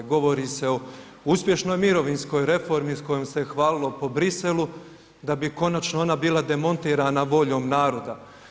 Govori se o uspješnoj mirovinskoj reformi s kojom se je hvalilo po Bruxellesu da bi konačno ona bila demontirana voljom naroda.